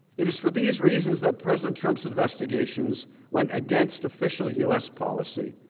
it is for these reason that president trump's investigations went against official u s. policy.